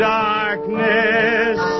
darkness